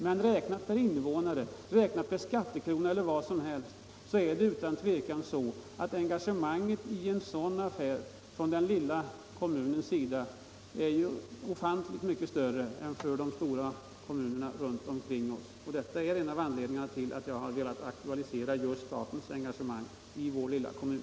Men räknat per invånare, skattekrona eller vad som helst är det utan tvivel så, att engagemanget i en sådan affär är ofantligt mycket större för en liten kommun som Herrljunga än för de stora kommunerna runt omkring. Detta är en av anledningarna till att jag har velat aktualisera statens engagemang just i vår lilla kommun.